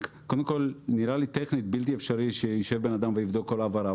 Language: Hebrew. נראה לי טכנית בלתי אפשרי שישב בן אדם ויבדוק כל העברה,